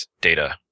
data